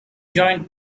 joined